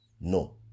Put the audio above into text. no